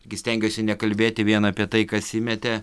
gi stengiuosi nekalbėti vien apie tai kas įmetė